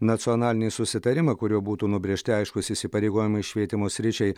nacionalinį susitarimą kuriuo būtų nubrėžti aiškūs įsipareigojimai švietimo sričiai